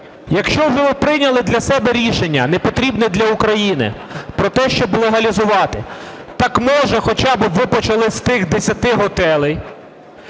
якщо ви прийняли для себе рішення, непотрібне для України, про те, щоб легалізувати, так, може, хоча би ви почали з тих 10 готелів,